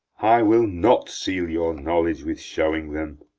i will not seal your knowledge with showing them.